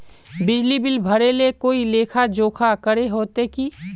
बिजली बिल भरे ले कोई लेखा जोखा करे होते की?